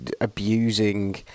abusing